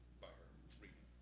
by her reading.